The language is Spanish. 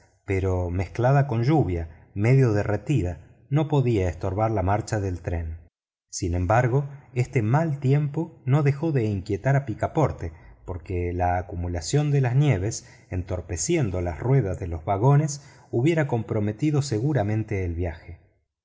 pero mezclada con lluvia medio derretida no podía estorbar la marcha del tren sin embargo este mal tiempo no dejó de inquietar a picaporte porque la acumulación de las nieves entorpeciendo las ruedas de los vagones hubiera comprometido seguramente el viaje